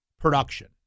production